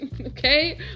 Okay